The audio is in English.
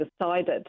decided